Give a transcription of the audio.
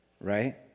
Right